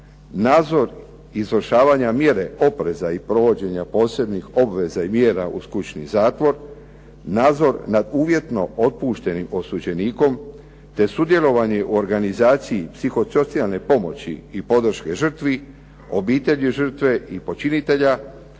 nadzor izvršavanja mjere opreza i provođenja posebnih obveza i mjera uz kućni zatvor, nadzor nad uvjetno otpuštenim osuđenikom te sudjelovanje u organizaciji psihosocijalne pomoći i podrške žrtvi, obitelji žrtve i počinitelja